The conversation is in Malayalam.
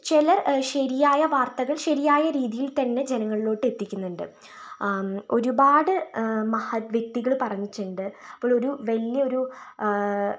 ചിലർ ശരിയായ വാർത്തകൾ ശരിയായ രീതിയിൽ തന്നെ ജനങ്ങളിലോട്ട് എത്തിക്കുന്നുണ്ട് ഒരുപാട് മഹത്വ്യക്തികള് പറഞ്ഞിട്ടിണ്ട് ഇപ്പോളൊരു വല്യൊരു